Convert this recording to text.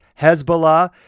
Hezbollah